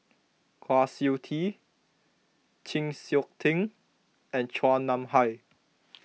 Kwa Siew Tee Chng Seok Tin and Chua Nam Hai